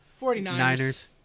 49ers